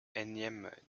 énième